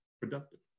productive